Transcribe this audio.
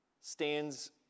stands